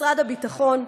משרד הביטחון,